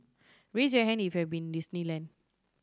raise your hand if you have been Disneyland